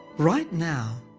right now,